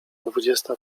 dwudziesta